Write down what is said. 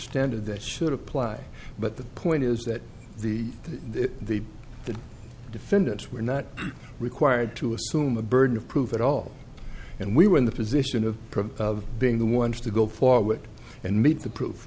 standard that should apply but the point is that the the the defendants were not required to assume the burden of proof at all and we were in the position of being the ones to go forward and meet the proof